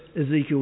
Ezekiel